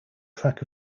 track